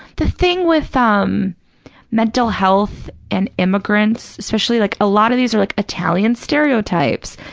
the thing with um mental health and immigrants, especially like a lot of these are like italian stereotypes,